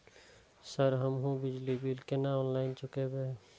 Sir हमू बिजली bill केना ऑनलाईन चुकेबे?